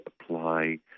apply